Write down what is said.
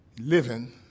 living